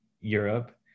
Europe